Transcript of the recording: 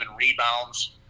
rebounds